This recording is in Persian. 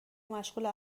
مشغول